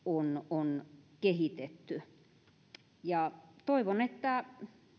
on kehitetty toivon että